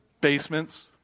Basements